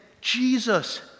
Jesus